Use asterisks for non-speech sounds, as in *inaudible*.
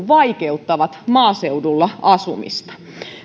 *unintelligible* vaikeuttavat maaseudulla asumista